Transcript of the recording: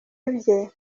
ibye